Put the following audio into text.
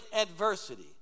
adversity